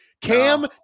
Cam